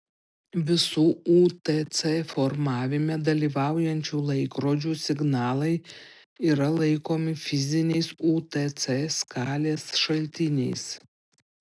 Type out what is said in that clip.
visų utc formavime dalyvaujančių laikrodžių signalai yra laikomi fiziniais utc skalės šaltiniais